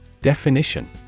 Definition